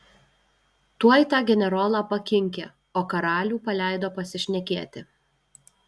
tuoj tą generolą pakinkė o karalių paleido pasišnekėti